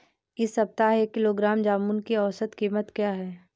इस सप्ताह एक किलोग्राम जामुन की औसत कीमत क्या है?